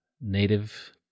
native